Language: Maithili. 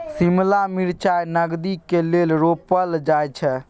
शिमला मिरचाई नगदीक लेल रोपल जाई छै